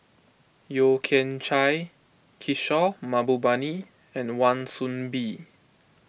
Yeo Kian Chai Kishore Mahbubani and Wan Soon Bee